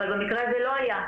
אבל במקרה הזה לא היה.